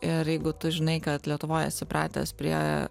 ir jeigu tu žinai kad lietuvoj esi pratęs prie